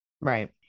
Right